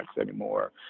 anymore